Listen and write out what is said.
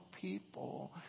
people